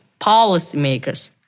policymakers